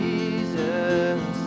Jesus